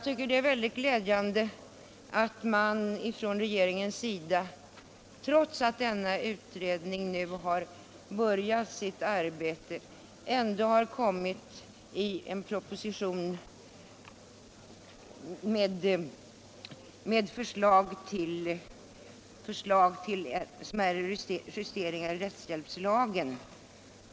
Trots att denna utredning nu har börjat sitt arbete har regeringen — och detta tycker jag är mycket glädjande — framlagt en proposition med förslag till smärre justeringar i rättshjälpslagen.